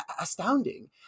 astounding